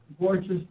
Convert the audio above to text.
gorgeous